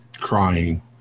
crying